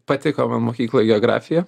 patiko man mokykloj geografija